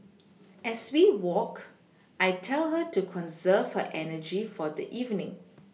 as we walk I tell her to conserve her energy for the evening